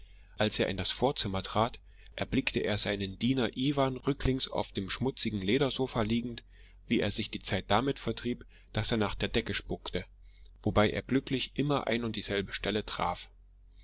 als er in das vorzimmer trat erblickte er seinen diener iwan rücklings auf dem schmutzigen ledersofa liegend wie er sich die zeit damit vertrieb daß er nach der decke spuckte wobei er glücklich immer ein und dieselbe stelle traf